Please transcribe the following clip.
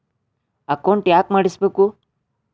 Account ಯಾಕ್ ಮಾಡಿಸಬೇಕು?